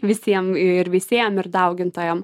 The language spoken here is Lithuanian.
visiem ir veisėjam ir daugintojam